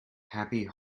happy